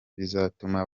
bizatuma